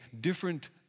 different